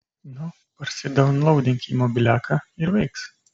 nu parsidaunlaudink į mobiliaką ir veiks